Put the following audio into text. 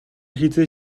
хэзээ